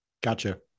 Gotcha